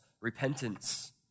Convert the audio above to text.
repentance